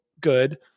good